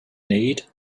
need